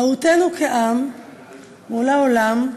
מהותנו כעם מול העולם,